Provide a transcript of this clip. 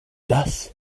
das